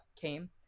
came